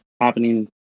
happening